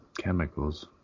chemicals